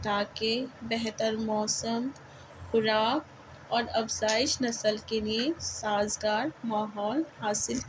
تاکہ بہتر موسم خوراک اور افزائش نسل کے لیے سازگار ماحول حاصل